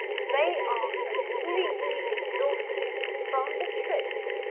they are completely exhausted from the trip